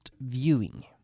viewing